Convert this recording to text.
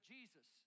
Jesus